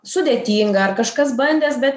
sudėtinga ar kažkas bandęs bet